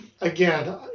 again